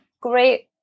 great